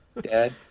dad